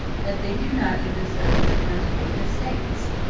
that they do not even serve as a frontier to the states.